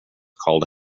called